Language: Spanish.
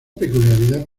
peculiaridad